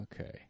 Okay